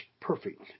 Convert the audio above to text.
perfect